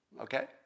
okay